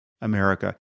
America